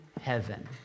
heaven